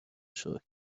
شکر، به